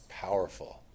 powerful